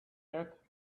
yet